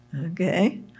Okay